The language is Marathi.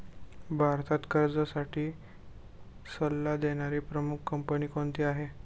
भारतात कर्जासाठी सल्ला देणारी प्रमुख कंपनी कोणती आहे?